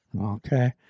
Okay